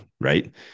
right